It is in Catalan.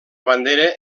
bandera